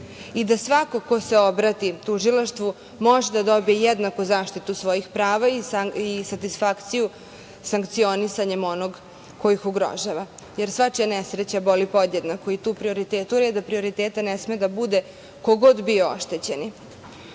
i da svako ko se obrati tužilaštvu može da dobije jednaku zaštitu svojih prava i satisfakciju sankcionisanjem onog ko ih ugrožava, jer svačija nesreća boli podjednako i tu reda prioriteta ne sme da bude ko god bio oštećeni. Ono